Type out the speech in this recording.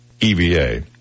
EVA